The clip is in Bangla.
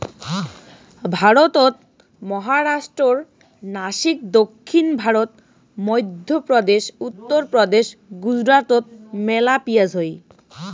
ভারতত মহারাষ্ট্রর নাসিক, দক্ষিণ ভারত, মইধ্যপ্রদেশ, উত্তরপ্রদেশ, গুজরাটত মেলা পিঁয়াজ হই